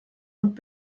und